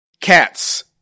Cats